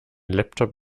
laptop